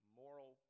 moral